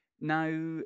Now